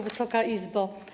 Wysoka Izbo!